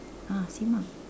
ah same ah